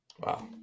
Wow